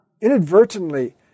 inadvertently